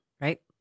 right